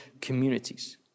communities